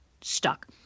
Stuck